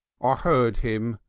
ah heard him,